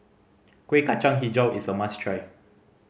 Kueh Kacang Hijau is a must try